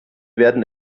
werden